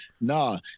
no